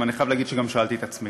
ואני חייב להגיד שגם שאלתי את עצמי.